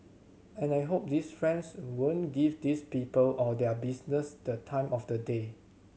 and I hope these friends won't give these people or their business the time of the day